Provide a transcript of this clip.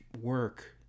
work